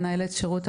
מנהלת שירות,